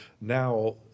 now